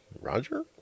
roger